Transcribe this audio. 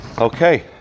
Okay